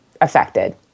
affected